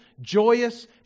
joyous